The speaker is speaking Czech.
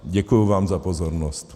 Děkuji vám za pozornost.